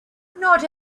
not